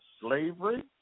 slavery